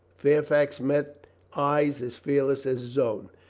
fairfax met eyes as fearless as his own.